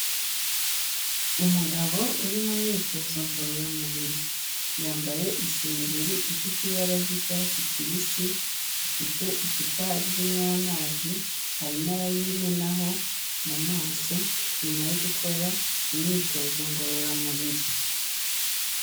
Umugabo uri mu myitozo ngororamubiri, yambaye isengeri ifite ibara ry'icyatsi kibisi, afite icupa ririmo amazi, arimo arayimenaho mu maso nyuma yo gukora imyitozo ngororamubiri.